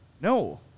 No